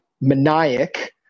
Maniac